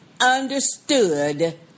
understood